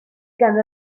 gan